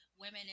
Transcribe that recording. women